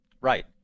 Right